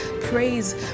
Praise